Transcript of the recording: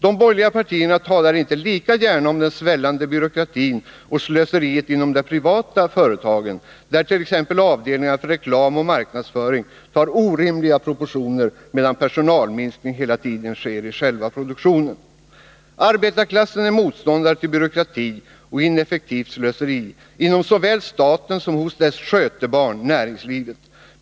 De borgerliga partierna talar inte lika gärna om den svällande byråkratin och slöseriet inom de privata företagen, där t.ex. avdelningarna för reklam och marknadsföring tar orimliga proportioner, medan personalminskning hela tiden sker i själva produktionen. Arbetarklassen är motståndare till byråkrati och ineffektivt slöseri inom så väl staten som hos dess ”skötebarn” näringslivet.